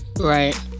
Right